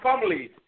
families